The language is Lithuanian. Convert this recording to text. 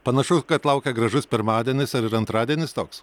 panašu kad laukia gražus pirmadienis ar ir antradienis toks